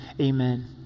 amen